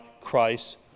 Christ